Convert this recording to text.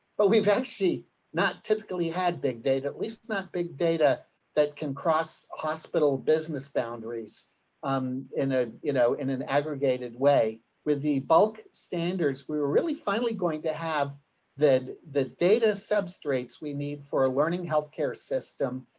but we've actually not typically had big data at least that big data that can cross ah hospital business boundaries. don rucker um in a, you know, in an aggregated way with the bulk standards we were really finally going to have that the data substrates. we need for a learning healthcare system.